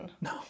No